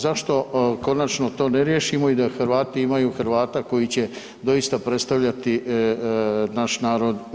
Zašto konačno to ne riješimo i da Hrvati imaju Hrvata koji će doista predstavljati naš narod u BiH?